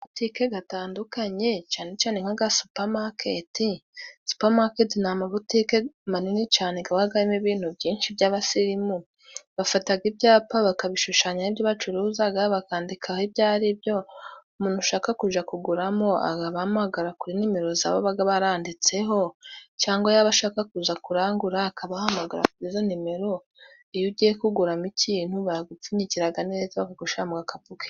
Agabutike gatandukanye cane cane nka ga supamaketi. Supemaketi ni amabutike manini cane gaba harimo ibintu by'abasirimu bafataga ibyapa bakabishushanyagamo ibyo bacuruzaga bakandikaho ibyo aribyo. Umuntu ushaka kuja kuguramo bahamagara kuri nimero za babaga baranditseho cangwa yaba ashaka kuza kurangura akabahamagara kuri izo nimero. Iyo ugiye kuguramo ikintu baragupfunyikiraga neza bakagushyirira mu gakapu keza.